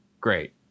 great